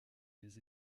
les